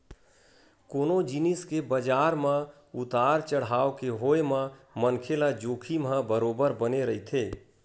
कोनो जिनिस के बजार म उतार चड़हाव के होय म मनखे ल जोखिम ह बरोबर बने रहिथे